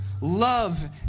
love